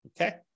Okay